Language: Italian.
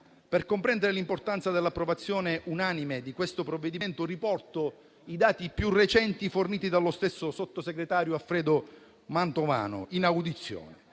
Per comprendere l'importanza dell'approvazione unanime di questo provvedimento, riporto i dati più recenti forniti dallo stesso sottosegretario Alfredo Mantovano in audizione: